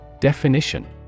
Definition